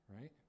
right